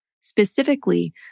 Specifically